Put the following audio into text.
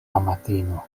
amatino